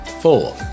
Four